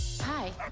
Hi